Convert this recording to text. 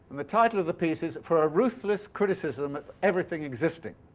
and the title of the piece is for a ruthless criticism of everything existing.